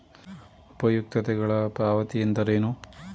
ಉಪಯುಕ್ತತೆಗಳ ಪಾವತಿ ಎಂದರೇನು?